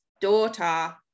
daughter